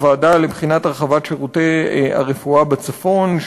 הוועדה לבחינת הרחבת שירותי הרפואה בצפון,